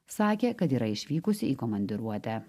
sakė kad yra išvykusi į komandiruotę